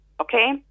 okay